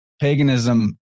paganism